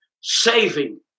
saving